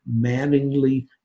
manningly